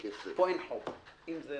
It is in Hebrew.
אין חוק.